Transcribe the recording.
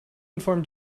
inform